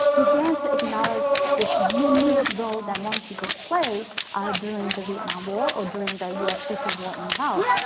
began to acknowledge this unique role that hmong people played during the vietnam war or during the us secret war in laos.